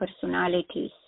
personalities